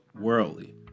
worldly